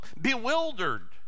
bewildered